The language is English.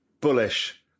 bullish